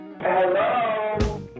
Hello